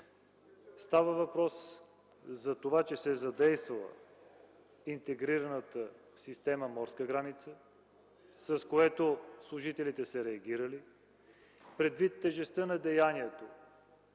става въпрос за това, че се е задействала интегрираната система „Морска граница”, след което служителите са реагирали предвид тежестта на деянието.